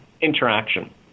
interaction